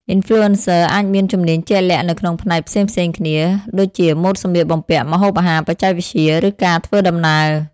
Influencers អាចមានជំនាញជាក់លាក់នៅក្នុងផ្នែកផ្សេងៗគ្នា ដូចជាម៉ូដសម្លៀកបំពាក់ ម្ហូបអាហារ បច្ចេកវិទ្យា ឬការធ្វើដំណើរ។